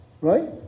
Right